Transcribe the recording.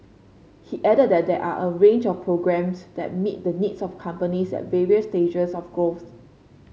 he added that there are a range of programmes that meet the needs of companies at various stages of growth